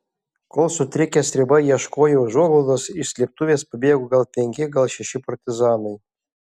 kol sutrikę stribai ieškojo užuoglaudos iš slėptuvės pabėgo gal penki gal šeši partizanai